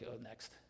next